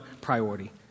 priority